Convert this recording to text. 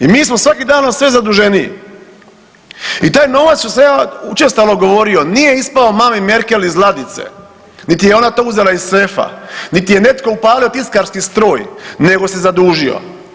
I mi smo svaki dan sve zaduženiji i taj novac što sam ja učestalo govorio nije ispao mami Merkel iz ladice niti je ona to uzela iz sefa, niti je netko upalio tiskarski stroj nego se zadužio.